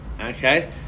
Okay